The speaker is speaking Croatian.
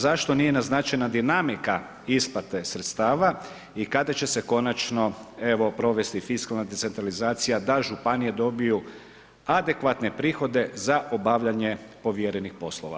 Zašto nije naznačena dinamika isplate sredstava i kada će se konačno evo provesti fiskalna decentralizacija da županije dobiju adekvatne prihode za obavljanje povjerenih poslova?